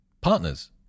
partners